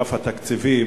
ואגף התקציבים